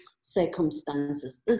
circumstances